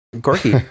Gorky